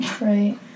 right